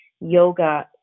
yoga